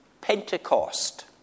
Pentecost